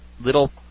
little